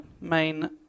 main